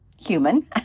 human